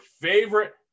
favorite